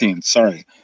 sorry